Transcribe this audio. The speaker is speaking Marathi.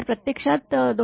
तर प्रत्यक्षात 223